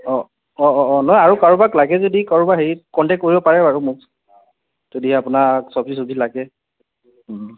অঁ অঁ অঁ অঁ নহয় আৰু কাৰোবাক লাগে যদি কাৰোবাক হেৰি কণ্টেক কৰিব পাৰে বাৰু মোক যদিহে আপোনাক চব্জি তব্জি লাগে